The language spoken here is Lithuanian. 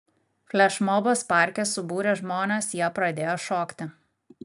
flešmobas parke subūrė žmones jie pradėjo šokti